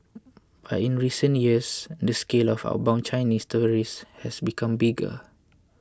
but in recent years the scale of outbound Chinese tourists has become bigger